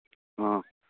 অ'